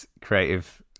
creative